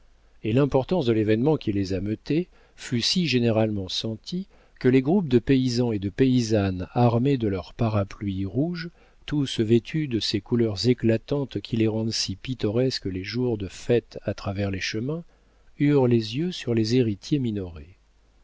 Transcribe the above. et l'importance de l'événement qui les ameutait fut si généralement sentie que les groupes de paysans et de paysannes armés de leurs parapluies rouges tous vêtus de ces couleurs éclatantes qui les rendent si pittoresques les jours de fête à travers les chemins eurent les yeux sur les héritiers minoret